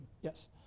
Yes